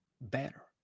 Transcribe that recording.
better